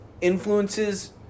influences